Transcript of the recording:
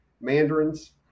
mandarins